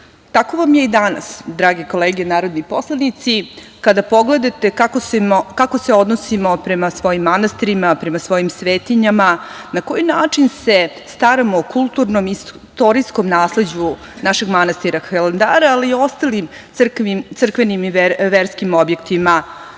vam je i danas, drage kolege narodni poslanici. Kada pogledate kako se odnosimo prema svojim manastirima, prema svojim svetinjama, na koji način se staramo o kulturno-istorijskom nasleđu našeg manastira Hilandara, a i o ostalim crkvenim i verskim objektima,